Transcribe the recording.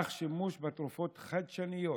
אך שימוש בתרופות חדשניות